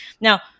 Now